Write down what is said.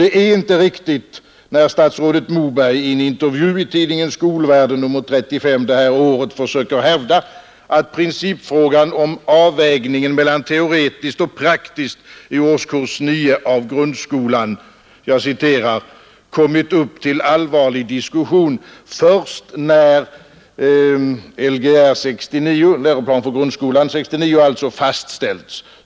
Det är inte riktigt, som statsrådet Moberg i en intervju i nr 35 av tidningen Skolvärlden försöker hävda, att principfrågan om avvägningen mellan teoretiskt och praktiskt i årskurs 9 i grundskolan ”kommit upp till allvarlig diskussion först när Lgr 69” — alltså läroplan för grundskolan 69 — ”fastställts”.